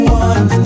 one